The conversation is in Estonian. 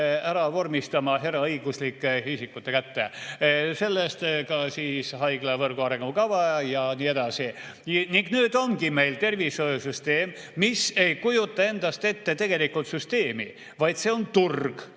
vormistama eraõiguslike isikute kätte. Sellest ka haiglavõrgu arengukava ja nii edasi. Nüüd meil ongi tervishoiusüsteem, mis ei kujuta endast tegelikku süsteemi, vaid see on turg